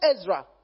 Ezra